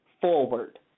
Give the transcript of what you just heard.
forward